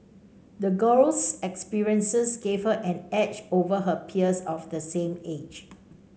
the girl's experiences gave her an edge over her peers of the same age